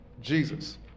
Jesus